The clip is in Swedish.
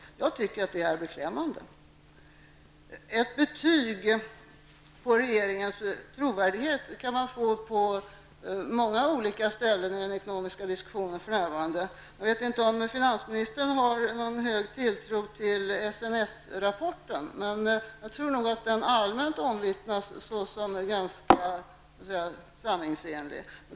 Jag tycker att det är beklämmande. Ett betyg på regeringens trovärdighet kan man få på många olika ställen i den ekonomiska diskussionen för närvarande. Jag vet inte om finansministern har någon hög tilltro SNS rapporten, men jag tror att den allmänt anses som ganska sanningsenlig.